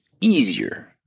easier